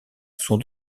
sont